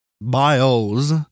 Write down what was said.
bios